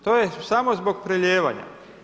To je samo zbog prelijevanja.